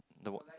the what